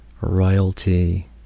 royalty